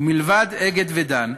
ומלבד "אגד" ו"דן"